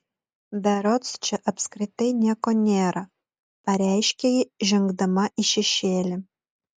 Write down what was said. berods čia apskritai nieko nėra pareiškė ji žengdama į šešėlį